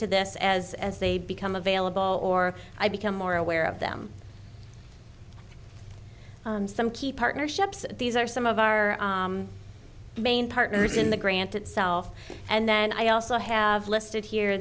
to this as as they become available or i become more aware of them some key partnerships these are some of our main partners in the granted self and then i also have listed here